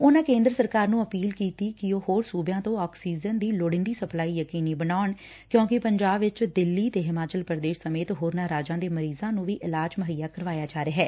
ਉਨੂਾਂ ਕੇਂਦਰ ਸਰਕਾਰ ਨੂੰ ਅਪੀਲ ਕੀਤੀ ਕਿ ਉਹ ਹੋਰ ਸੁਬਿਆਂ ਤੋਂ ਆਕਸੀਜਨ ਦੀ ਲੋੜੀਂਦੀ ਸਪਲਾਈ ਯਕੀਨੀਂ ਬਣਾਉਣ ਕਿਉਂਕਿ ਪੰਜਾਬ ਵਿਚ ਦਿੱਲੀ ਤੇ ਹਿਮਾਚਲ ਪ੍ਰਦੇਸ਼ ਹੋਰਨਾਂ ਰਾਜਾਂ ਦੇ ਮਰੀਜਾਂ ਨੂੰ ਵੀ ਇਲਾਜ ਮਹੱਈਆ ਕਰਵਾਇਆ ਜਾ ਰਿਹੈ